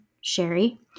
Sherry